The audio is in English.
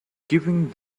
giving